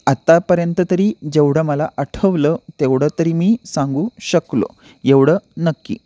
आतापर्यंत तरी जेवढं मला आठवलं तेवढं तरी मी सांगू शकलो एवढं नक्की